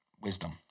Wisdom